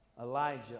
Elijah